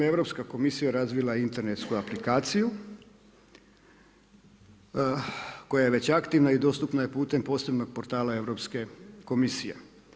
Europska komisija razvijala je internetsku aplikaciju koja je već aktivna i dostupna je putem posebnog portala Europske komisije.